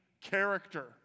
character